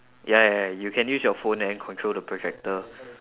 ya ya ya you can use your phone and then control the projector